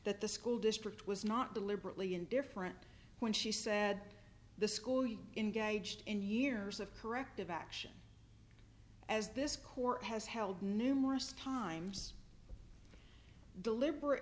that the school district was not deliberately indifferent when she said the school you engaged in years of corrective action as this court has held numerous times deliberate